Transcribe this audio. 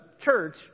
church